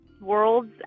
worlds